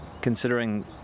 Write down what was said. considering